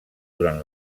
durant